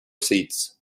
seats